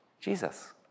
Jesus